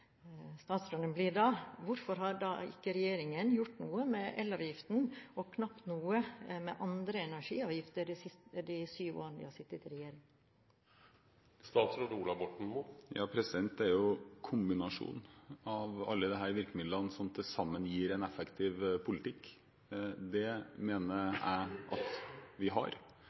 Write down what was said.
statsråden blir da: Hvorfor har ikke regjeringen gjort noe med elavgiften, og knapt noe med andre energiavgifter, de syv årene de har sittet i regjering? Det er jo kombinasjonen av alle disse virkemidlene som til sammen gir en effektiv politikk. Det mener jeg vi har.